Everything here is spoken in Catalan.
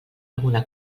alguna